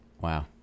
Wow